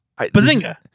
Bazinga